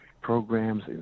programs